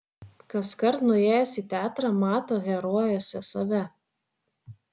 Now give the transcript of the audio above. kaskart nuėjęs į teatrą mato herojuose save